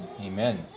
Amen